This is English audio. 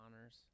honors